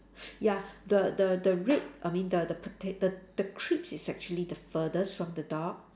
ya the the the red I mean the the potat~ the the crisps is actually the furthest from the dog